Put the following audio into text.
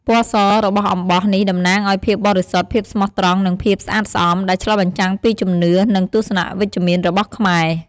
ពណ៌សរបស់អំបោះនេះតំណាងឱ្យភាពបរិសុទ្ធ ភាពស្មោះត្រង់ និងភាពស្អាតស្អំ ដែលឆ្លុះបញ្ចាំងពីជំនឿ និងទស្សនៈវិជ្ជមានរបស់ខ្មែរ។